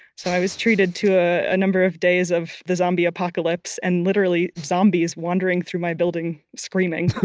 so i was treated to a number of days of the zombie apocalypse, and literally zombies wandering through my building screaming,